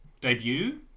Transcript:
debut